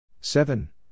seven